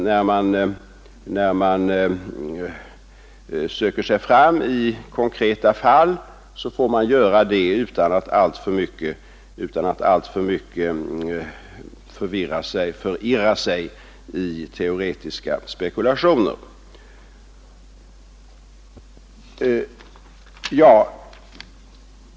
När man söker sig fram i konkreta fall, får man göra det utan att alltför mycket förirra sig i teoretiska 151 spekulationer.